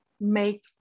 make